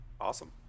Awesome